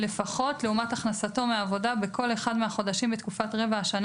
"-- לפחות לעומת הכנסתו מעבודה בכל אחד מהחודשים בתקופת רבע השנה